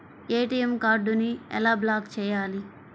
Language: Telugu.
ఏ.టీ.ఎం కార్డుని ఎలా బ్లాక్ చేయాలి?